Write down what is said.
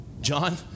John